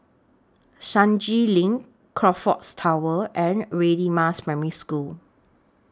Senja LINK Crockfords Tower and Radin Mas Primary School